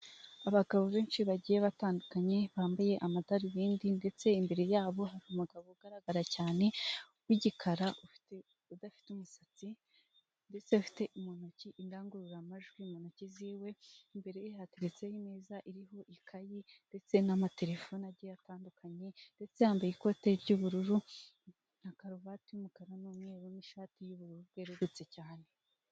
Abagabo benshi bagiye batandukanye bambaye amadarubindi ndetse imbere yabo hari umugabo ugaragara cyane w'igikara udafite umusatsi ndetse afite mu ntoki indangururamajwi mu ntoki ze imbere ye hateretseho ineza iriho ikayi ndetse n'amatelefone agiye atandukanye ndetse yambaye ikote ry'ubururu na karuvati y'umukara n'umweru n'ishati y'ubururu bwerurutse cyane.